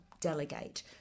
delegate